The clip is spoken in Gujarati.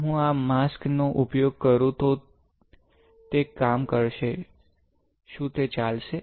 જો હું આ માસ્ક નો ઉપયોગ કરું તો તે કામ કરશે શુ તે ચાલશે